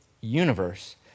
universe